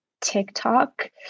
TikTok